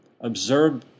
Observe